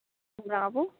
মুগা কাপোৰ